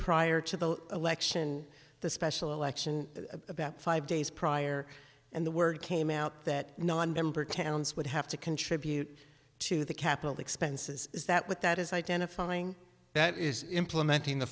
prior to the election the special election about five days prior and the word came out that nonmember towns would have to contribute to the capital expenses is that what that is identifying that is implementing the